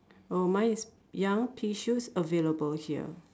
oh mine is young pea shoots available here